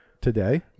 Today